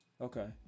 okay